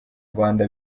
rwanda